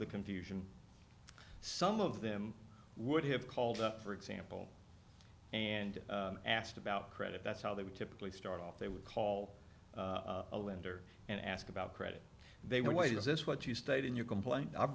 the confusion some of them would have called up for example and asked about credit that's how they would typically start off they would call a lender and ask about credit they were why is this what you state in your complaint i've